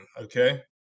okay